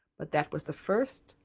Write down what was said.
but that was the first,